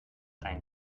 einen